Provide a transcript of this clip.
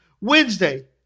Wednesday